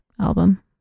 album